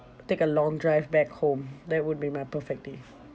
take a long drive back home that would be my perfect day